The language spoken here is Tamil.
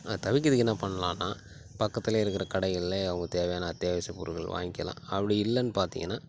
அதை தவிர்க்கிதுக்கு என்ன பண்ணலான்னா பக்கத்துல இருக்கிற கடைகள்ல அவங்க தேவையான அத்தியாவசியப் பொருட்கள் வாய்ங்க்கலாம் அப்படி இல்லைன்னு பார்த்திங்கன்னா